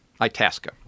ITASCA